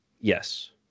Yes